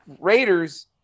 Raiders